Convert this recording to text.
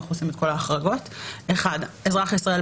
עושים את כל ההחרגות - (1) אזרח ישראל,